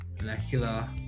molecular